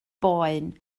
boen